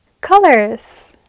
Colors